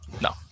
No